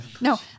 No